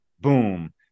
boom